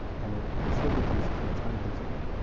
and it still becomes kind of time consuming.